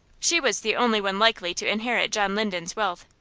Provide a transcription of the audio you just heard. she was the only one likely to inherit john linden's wealth,